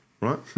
right